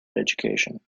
education